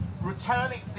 Returning